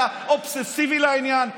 אתה אובססיבי לעניין.